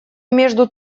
между